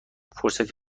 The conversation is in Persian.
فرصتی